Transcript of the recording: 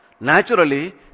naturally